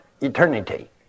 eternity